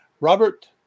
Robert